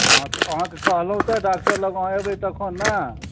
हँ तऽ अहाँकऽ कहलहुँ तऽ डाक्टर लग अहाँ अयबै तखन ने